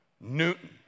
Newton